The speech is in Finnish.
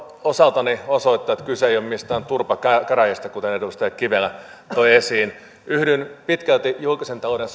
osaltani osoittaa että kyse ei ole mistään turpakäräjistä kuten edustaja kivelä toi esiin yhdyn pitkälti julkisen talouden